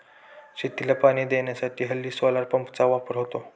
शेतीला पाणी देण्यासाठी हल्ली सोलार पंपचा वापर होतो